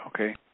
Okay